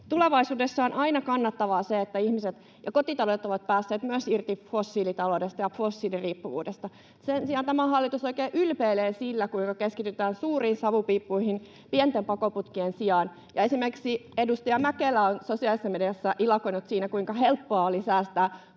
tulevaisuudessa on aina kannattavaa, että ihmiset ja kotitaloudet ovat päässeet myös irti fossiilitaloudesta ja fossiiliriippuvuudesta. Sen sijaan tämä hallitus oikein ylpeilee sillä, kuinka keskitytään suuriin savupiippuihin pienten pakoputkien sijaan, ja esimerkiksi edustaja Mäkelä on sosiaalisessa mediassa ilakoinut, kuinka helppoa oli säästää